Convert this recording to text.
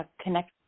connect